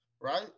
right